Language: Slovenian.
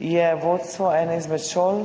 je vodstvo ene izmed šol